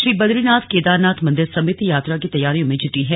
श्री बदरीनाथ केदारनाथ मंदिर समिति यात्रा की तैयारियों में जुटी है